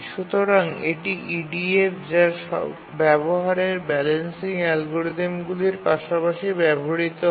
সুতরাং এটি EDF যা ব্যবহারের ব্যালেন্সিং অ্যালগরিদমগুলির পাশাপাশি ব্যবহৃত হয়